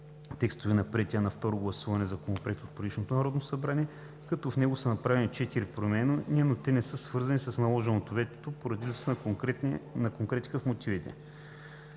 текстовете на приетия на второ гласуване Законопроект от предишното Народно събрание, като в него са направени четири промени, но те не са свързани с наложеното вето поради липса на конкретика в мотивите.